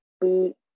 boot